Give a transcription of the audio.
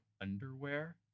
underwear